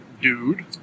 dude